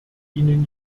ihnen